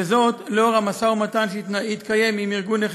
לאור המשא-ומתן שהתקיים עם ארגון נכי